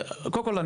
קודם כל,